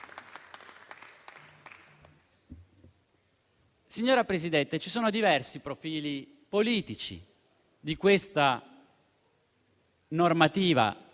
Signora Presidente, ci sono diversi profili politici di questa normativa,